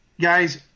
guys